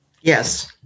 Yes